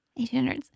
1800s